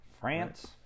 France